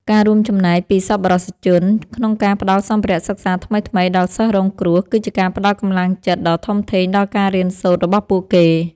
ការរួមចំណែកពីសប្បុរសជនក្នុងការផ្តល់សម្ភារៈសិក្សាថ្មីៗដល់សិស្សរងគ្រោះ គឺជាការផ្តល់កម្លាំងចិត្តដ៏ធំធេងដល់ការរៀនសូត្ររបស់ពួកគេ។